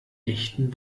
echten